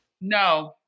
no